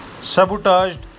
sabotaged